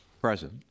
Present